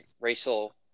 racial